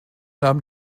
nahm